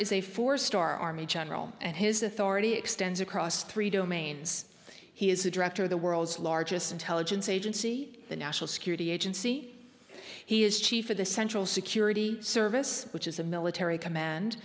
is a four star army general and his authority extends across three domains he is the director of the world's largest intelligence agency the national security agency he is chief of the central security service which is a military command